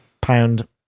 pound